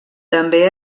també